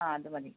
ആ അതുമതി